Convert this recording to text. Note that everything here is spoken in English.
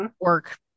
work